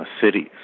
cities